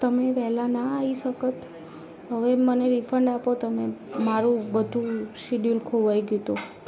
તમે વહેલા ન આવી શકતે હવે મને રિફંડ આપો તમે મારુ બધુ શિડયુયલ ખોરવાઈ ગયું હતું